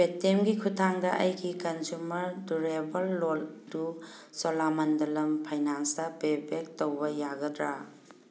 ꯄꯦ T ꯑꯦꯝꯒꯤ ꯈꯨꯊꯥꯡꯗ ꯑꯩꯒꯤ ꯀꯟꯖꯨꯃꯔ ꯗꯨꯔꯦꯕꯜ ꯂꯣꯟꯗꯨ ꯆꯣꯂꯥꯃꯟꯗꯂꯝ ꯐꯥꯏꯅꯥꯟꯁꯇ ꯄꯦ ꯕꯦꯛ ꯇꯧꯕ ꯌꯥꯒꯗ꯭ꯔꯥ